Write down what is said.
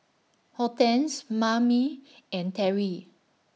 Hortense Mame and Terri